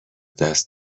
دست